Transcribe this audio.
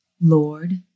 Lord